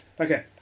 okay